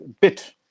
bit